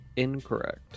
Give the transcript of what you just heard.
Incorrect